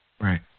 right